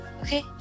Okay